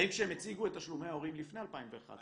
האם כשהם הציגו את תשלומי ההורים לפני 2011,